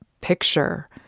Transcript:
picture